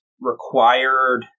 required